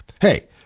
Hey